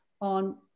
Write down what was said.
on